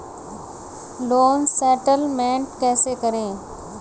Loan settlement कैसे करें?